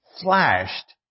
flashed